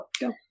Go